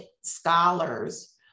scholars